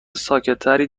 ساکتتری